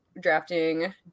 drafting